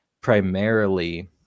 primarily